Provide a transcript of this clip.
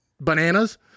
Bananas